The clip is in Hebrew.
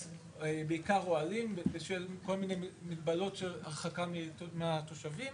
בעיקר אוהלים ובשל כל מיני מגבלות של הרחקה מהתושבים